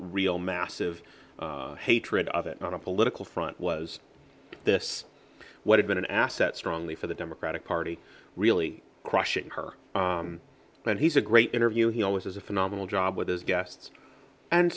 real massive hatred of it on the political front was this would have been an asset strongly for the democratic party really crushing her but he's a great interview he always has a phenomenal job with his guests and